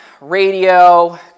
radio